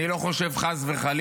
אני לא חושב, חס וחלילה,